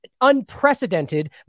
unprecedented